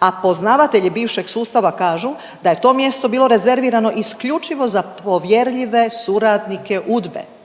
a poznavatelji bivšeg sustava kažu da je to mjesto bilo rezervirano isključivo za povjerljive suradnike UDBA-e.